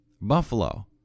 Buffalo